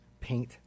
Paint